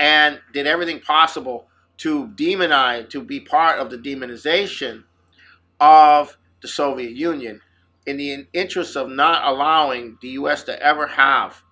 and did everything possible to demonize to be part of the demonization of the soviet union in the an interest of not allowing the u s to ever have